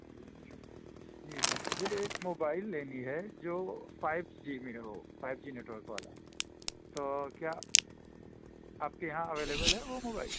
جی جی مجھے ایک موبائل لینی ہے جو فائیو جی میرے ہو فائیو جی نیٹ ورک والا تو کیا آپ کے یہاں اویلیبل ہے وہ موبائل